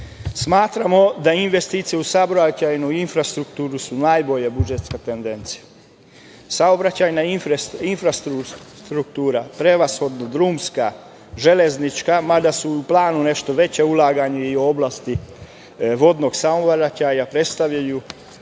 Smatramo da investicije u saobraćajnu infrastrukturu su najbolja budžetska tendencija. Saobraćajna infrastruktura prevshodno drumska, železnička, mada su u planu i nešto veća ulaganja i u oblasti vodnog saobraćaja, predstavljaju